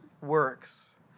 works